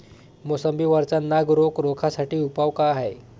मोसंबी वरचा नाग रोग रोखा साठी उपाव का हाये?